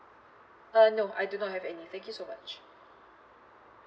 uh no I do not have any thank you so much